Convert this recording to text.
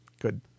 Good